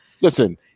listen